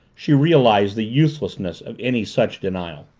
she realized the uselessness of any such denial.